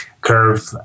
curve